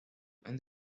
and